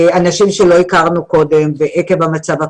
אנשים שלא הכרנו קודם ועקב המצב הכלכלי,